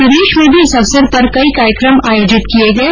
प्रदेश में भी इस अवसर पर कई कार्यक्रम आयोजित किये गये